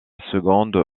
seconde